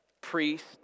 priest